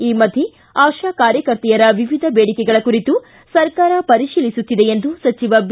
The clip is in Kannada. ಈ ಮಧ್ಯೆ ಆಶಾ ಕಾರ್ಯಕರ್ತೆಯರ ವಿವಿಧ ಬೇಡಿಕೆಗಳ ಕುರಿತು ಸರ್ಕಾರ ಪರಿಶೀಲಿಸುತ್ತಿದೆ ಎಂದು ಸಚಿವ ಬಿ